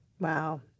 Wow